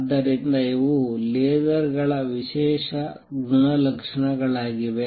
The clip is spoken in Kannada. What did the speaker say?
ಆದ್ದರಿಂದ ಇವು ಲೇಸರ್ಗಳ ವಿಶೇಷ ಗುಣಲಕ್ಷಣಗಳಾಗಿವೆ